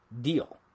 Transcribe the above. deal